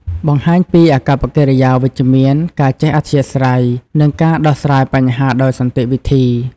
បង្ហាញពី អាកប្បកិរិយាវិជ្ជមាន ការចេះអធ្យាស្រ័យ និងការដោះស្រាយបញ្ហាដោយសន្តិវិធី ។